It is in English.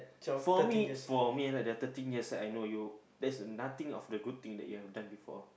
for me for me right the thirteen years that I know you there's nothing of the good thing that you have done before